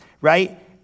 right